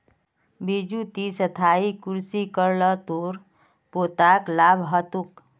बिरजू ती स्थायी कृषि कर ल तोर पोताक लाभ ह तोक